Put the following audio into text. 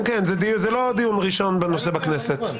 כן, זה לא דיון ראשון בנושא בכנסת.